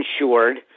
insured